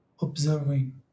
observing